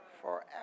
Forever